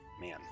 Man